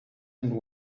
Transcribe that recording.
and